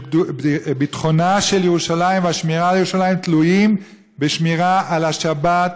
ביטחונה של ירושלים והשמירה על ירושלים תלויים בשמירה על השבת,